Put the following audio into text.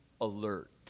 alert